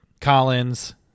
Collins